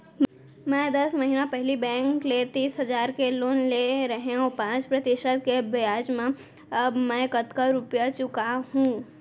मैं दस महिना पहिली बैंक ले तीस हजार के लोन ले रहेंव पाँच प्रतिशत के ब्याज म अब मैं कतका रुपिया चुका हूँ?